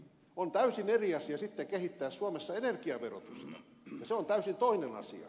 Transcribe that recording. on täysin eri asia kehittää suomessa energiaverotusta se on täysin toinen asia